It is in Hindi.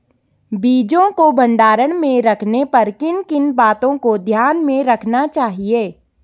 बीजों को भंडारण में रखने पर किन किन बातों को ध्यान में रखना चाहिए?